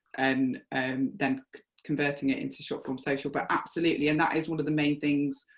and and then converting it into short form social, but absolutely, and that is one of the main things,